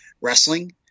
wrestling